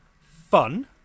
fun